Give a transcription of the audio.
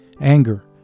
anger